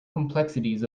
complexities